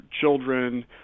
children